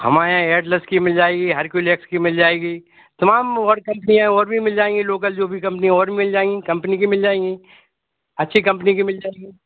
हमारे यहाँ एटलस की मिल जाएगी हरकुलेस की मिल जाएगी तमाम और कंपनियाँ हैं और भी मिल जाएंगी लोकल जो भी कंपनी है और भी मिल जाएंगी कंपनी की मिल जाएंगी अच्छी कंपनी की मिल जाएंगी